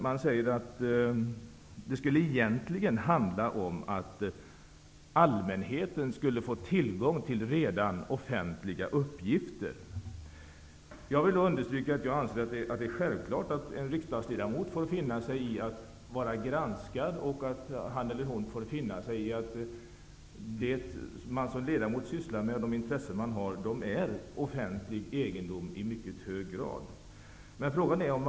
Man säger att det egentligen handlar om att allmänheten skulle få tillgång till redan offentliga uppgifter. Jag vill då understryka att jag anser att det är självklart att en riksdagsledamot får finna sig i att bli granskad och att det som man som ledamot sysslar med och de intressen som man har i mycket hög grad är offentlig egendom.